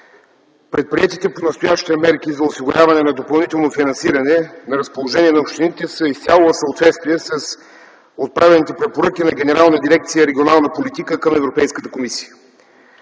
Предприетите понастоящем мерки за осигуряване на допълнително финансиране на разположение на общините са изцяло в съответствие с отправените препоръки на Генерална дирекция „Регионална политика” към Европейската комисия.